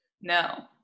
no